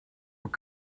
what